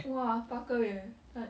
!wah! 八个月 like